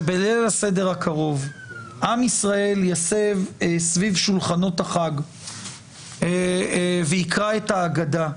שבליל הסדר הקרוב עם ישראל יסב סביב שולחנות החג ויקרא את ההגדה,